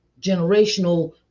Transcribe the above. Generational